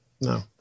no